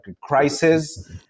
crisis